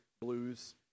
blues